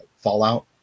Fallout